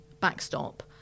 backstop